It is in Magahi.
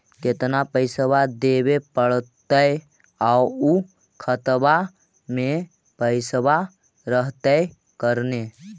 केतना पैसा देबे पड़तै आउ खातबा में पैसबा रहतै करने?